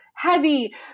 heavy